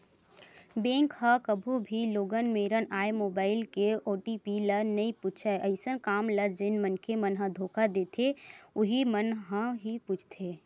bank ह कभू भी लोगन मेरन आए मोबाईल के ओ.टी.पी ल नइ पूछय अइसन काम ल जेन मनखे मन ह धोखा देथे उहीं मन ह ही पूछथे